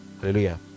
Hallelujah